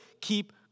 keep